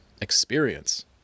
experience